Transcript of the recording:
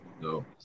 No